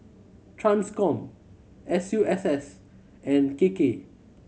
Transcom S U S S and K K